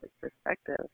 perspective